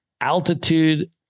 altitude